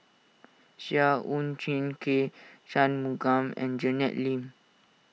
Seah Chin K Shanmugam and Janet Lim